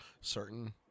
certain